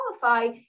qualify